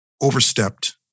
overstepped